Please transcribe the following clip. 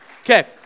Okay